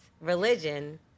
religion